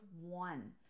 one